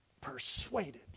persuaded